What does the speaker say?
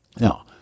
now